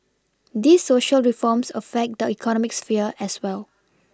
these Social reforms affect the economic sphere as well